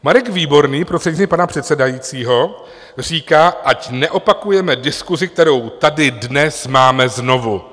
Marek Výborný, prostřednictvím pana předsedajícího, říká, ať neopakujeme diskusi, kterou tady dnes máme, znovu.